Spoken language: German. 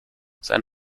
sein